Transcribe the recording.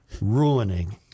ruining